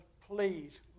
please